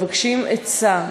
מבקשים עצה,